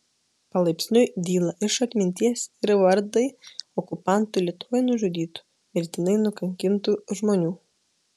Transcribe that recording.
palaipsniui dyla iš atminties ir vardai okupantų lietuvoje nužudytų mirtinai nukankintų žmonių